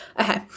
okay